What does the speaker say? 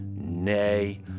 nay